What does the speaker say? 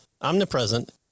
omnipresent